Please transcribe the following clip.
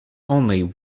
only